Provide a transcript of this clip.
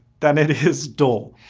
than it is dull.